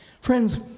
Friends